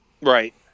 right